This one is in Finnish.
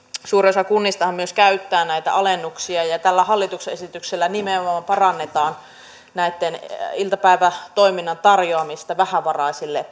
suurin osa kunnistahan myös käyttää näitä alennuksia ja ja tällä hallituksen esityksellä nimenomaan parannetaan tämän iltapäivätoiminnan tarjoamista vähävaraisille